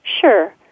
Sure